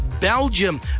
Belgium